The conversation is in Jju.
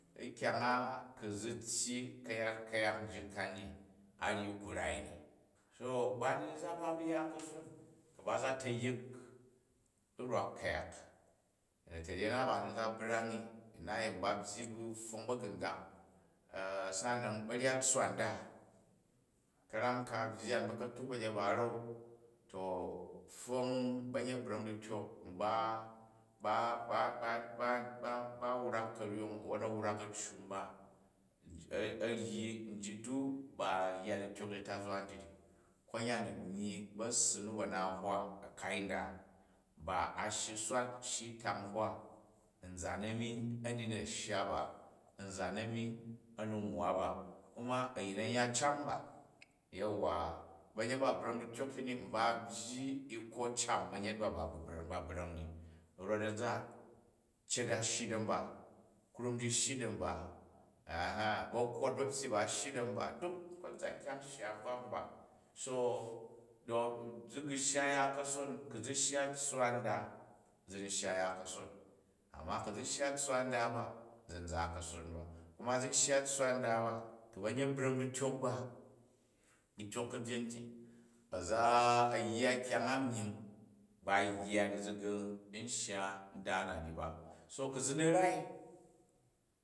Kyary a ku̱ zi tyyi kayat ku̱yak njit ka ni, a ryi ku rai ni. So ku ba ni ba bu ya kason, ku ba za ta̱yik u rwak ku̱yak, na̱ta̱ryen na, ba ni n za brang ni, na yemi ba byyi bu pfong ba̱gu̱ngang, sa'ana ba̱ryat tsswa nda, ka̱ram ka a̱ byyan ba̱ka̱tuk ba̱nyet ba a̱ran. To pfong ba̱nyet bra̱ng dityok mba ba-ba-ba-ba-ba-ba wrak ka̱ryong a̱wwon a̱wrak a̱ccu mba, a̱ ryi njit u̱ ba yya dityok ti tazwa njit ni, konyan a̱ myyin bu a̱ssi nu ba̱na a̱hwa, a kai nda ba a shyi u̱ swat shyi u tang hwa a̱nzan a̱mi a̱ni na̱ shya ba, a̱nzan a̱mi a̱ni nwwa ba kuma ayin a̱n ya can ba yauwa, ba̱nyet ba bra̱ng aityok ti ni mba a̱ byyi zko can ba̱nyet ba, ba brang ni rot a̱nza cet a shyi da̱ mba krunji u̱ shyi da̱mba, ba̱kwot ta̱pyyi ba a̱ shyi da̱ mba duk konzan kyang shyi a bvak mba. So don zi gu̱ shya ya ka̱son ku̱ zi shya tsswa nda zi ni shya ya kason. Amma ku̱ zi shya tsswa nda ba zi n za kason ba. Kuma zi ni shya tsswa nda ba ku̱ ba̱nyet bra̱ng dityok ba dityok ka̱byen tu, a̱ za, a̱ yya kyong a myim ba yya ni zi gu̱ n shya nda na ni ba. To ku̱ zi in rai